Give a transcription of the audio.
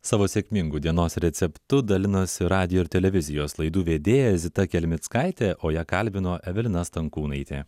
savo sėkmingu dienos receptu dalinosi radijo ir televizijos laidų vedėja zita kelmickaitė o ją kalbino evelina stankūnaitė